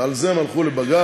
ועל זה הם הלכו לבג"ץ.